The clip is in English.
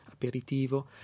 aperitivo